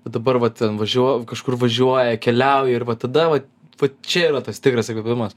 vat dabar va ten važiuo kažkur važiuoja keliauja ir va tada vat va čia yra tas tikras įkvėpimas